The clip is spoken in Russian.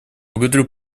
благодарю